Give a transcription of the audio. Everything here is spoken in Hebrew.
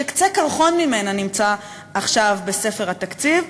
שקצה קרחון שלה נמצא עכשיו בספר התקציב,